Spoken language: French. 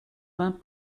vingt